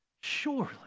Surely